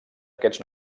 aquests